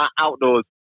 Outdoors